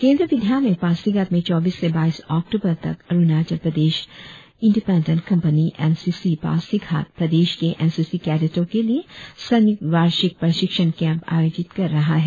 केंद्रीय विद्यालय पासीघाट में चौबीस से बाईस अक्टूबर तक Arunachal Pradesh independent company N C C Pasighat प्रदेश के एन सी सी कैडेटों के लिए संयुक्त वार्षीक प्रशिक्षण कैंप आयोजित कर रहा है